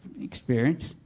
experience